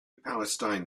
palestine